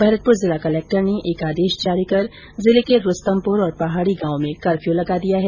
भरतपुर जिला कलक्टर ने एक आदेश जारी कर जिले के रूस्तमपुर और पहाडी गांव में कर्फ्यू लगा दिया गया है